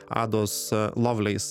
ados lovleis